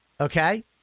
Okay